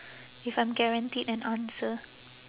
if I'm guaranteed an answer